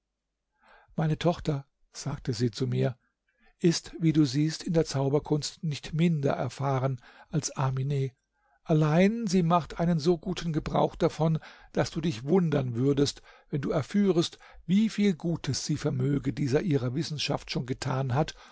meine tochter sagte sie zu mir ist wie du siehst in der zauberkunst nicht minder erfahren als amine allein sie macht einen so guten gebrauch davon daß du dich wundern würdest wenn du erführest wieviel gutes sie vermöge dieser ihrer wissenschaft schon getan hat